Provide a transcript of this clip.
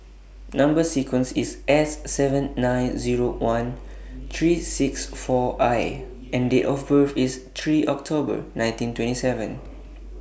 Number sequence IS S seven nine Zero one three six four I and Date of birth IS three October nineteen twenty seven